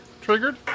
triggered